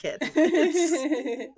kid